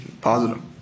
Positive